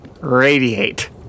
Radiate